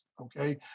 okay